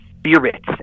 spirits